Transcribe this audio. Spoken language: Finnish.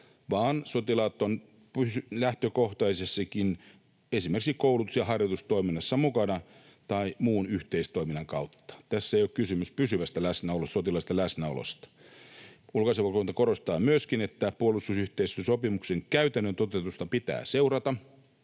vaan sotilaat ovat lähtökohtaisestikin esimerkiksi koulutus- ja harjoitustoiminnassa mukana tai muun yhteistoiminnan kautta. Tässä ei ole kysymys pysyvästä sotilaallisesta läsnäolosta. Ulkoasiainvaliokunta korostaa myöskin, että puolustusyhteistyösopimuksen käytännön toteutusta pitää seurata